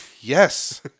Yes